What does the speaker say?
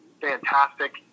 fantastic